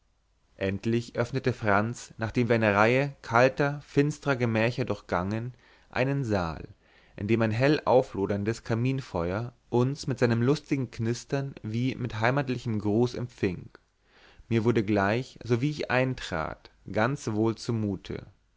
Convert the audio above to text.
endlich öffnete franz nachdem wir eine reihe kalter finstrer gemächer durchgangen einen saal in dem ein hellaufloderndes kaminfeuer uns mit seinem lustigen knistern wie mit heimatlichem gruß empfing mir wurde gleich sowie ich eintrat ganz wohl zumute